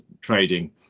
trading